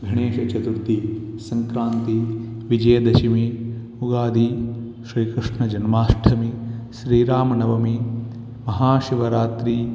गणेशचतुर्थी सङ्क्रान्तिः विजया दशमी उगादि श्रीकृष्णजन्माष्टमी श्रीरामनवमी महाशिवरात्रिः